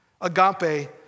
Agape